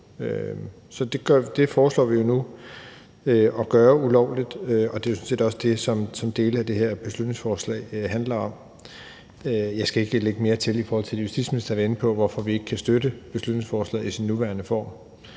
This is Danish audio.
Det foreslår vi jo nu at gøre ulovligt, og det er sådan set også det, som dele af det her beslutningsforslag handler om. Jeg skal ikke lægge mere til det, som justitsministeren var inde på, om, hvorfor vi ikke kan støtte beslutningsforslaget i dets nuværende form.